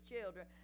children